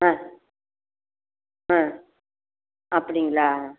ஆ ஆ அப்படிங்களா